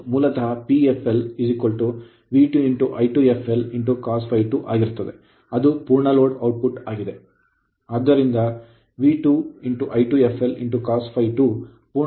ಮೂಲತಃ Pfl V2 I2 fl cos ∅2 ಆಗಿರುತ್ತದೆ ಅದು ಪೂರ್ಣ ಲೋಡ್ ಔಟ್ ಪುಟ್ ಆಗಿದೆ